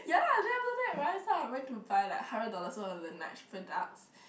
ya lah then after that Ryan saw I went to buy like hundred dollars worth of Laneige products